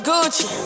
Gucci